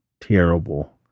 terrible